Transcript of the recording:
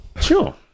Sure